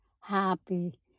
happy